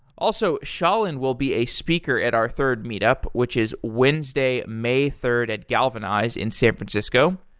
also, shailin will be a speaker at our third meet up, which is wednesday, may third at galvanize in san francisco.